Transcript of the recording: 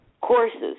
courses